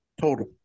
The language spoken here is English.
Total